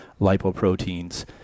lipoproteins